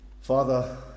Father